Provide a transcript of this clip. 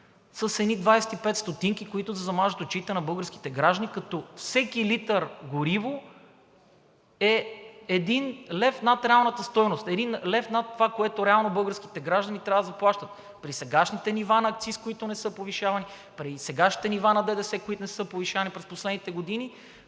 с едни 25 ст., които да замажат очите на българските граждани, като всеки литър гориво е един лев над реалната стойност, един лев над това, което реално българските граждани трябва да заплащат. При сегашните нива на акциз, които не са повишавани, при сегашните нива на ДДС, които не са повишавани през последните години,